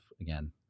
Again